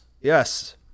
Yes